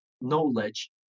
knowledge